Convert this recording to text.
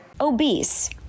Obese